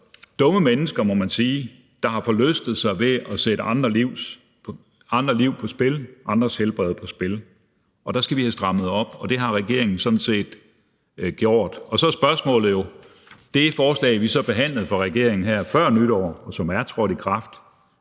dumme mennesker, må man sige, der forlystede sig ved at sætte andres liv på spil, andres helbred på spil, og der skal vi have strammet op. Og det har regeringen sådan set gjort. Så er spørgsmålet jo, om det forslag fra regeringen, som vi behandlede her før nytår, og som er trådt i kraft,